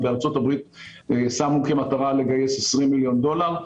בארצות הברית שמו כמטרה לגייס 20 מיליון דולר.